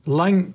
lang